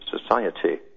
society